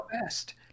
best